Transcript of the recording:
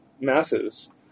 masses